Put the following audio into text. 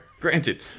Granted